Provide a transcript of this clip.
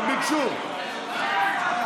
לא ביקשו.